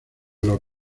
los